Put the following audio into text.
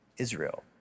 Israel